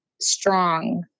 strong